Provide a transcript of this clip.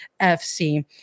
FC